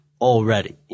already